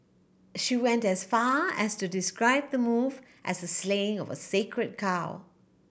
she went as far as to describe the move as the slaying of a sacred cow